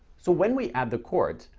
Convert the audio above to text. so when we add the chords,